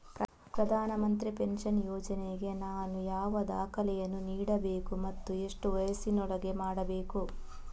ಪ್ರಧಾನ ಮಂತ್ರಿ ಪೆನ್ಷನ್ ಯೋಜನೆಗೆ ನಾನು ಯಾವ ದಾಖಲೆಯನ್ನು ನೀಡಬೇಕು ಮತ್ತು ಎಷ್ಟು ವಯಸ್ಸಿನೊಳಗೆ ಮಾಡಬೇಕು?